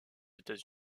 états